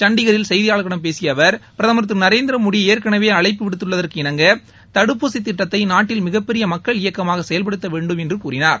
சண்டிகரில் செய்தியாளர்களிடம் பேசிய அவர் பிரதமர் திரு நரேந்திர மோடி ஏற்கௌவே அழைப்பு விடுத்துள்ளதற்கு இணங்க தடுப்பூசித் திட்டத்தை நாட்டில் மிகப் பெரிய மக்கள் இயக்கமாக செயல்படுத்த வேண்டும் என்று கூறினார்